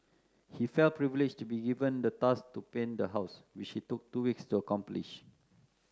he felt privileged to be given the task to paint the house which he took two weeks to accomplish